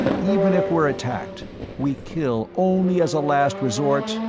even if we're attacked we kill only as a last resort,